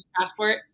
passport